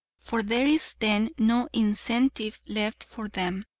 for there is then no incentive left for them.